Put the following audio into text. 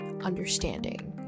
understanding